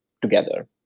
together